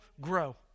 grow